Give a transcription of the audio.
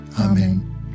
Amen